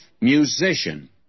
musician